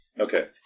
Okay